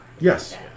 yes